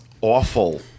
awful